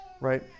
right